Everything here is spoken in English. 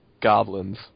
goblins